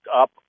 up